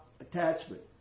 attachment